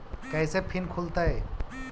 कैसे फिन खुल तय?